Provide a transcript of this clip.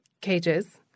cages